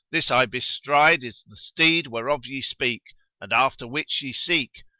this i bestride is the steed whereof ye speak and after which ye seek,